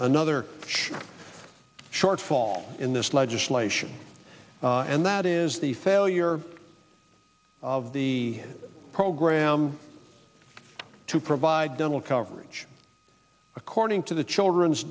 church shortfall in this legislation and that is the failure of the program to provide dental coverage according to the children's